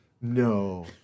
no